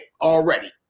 already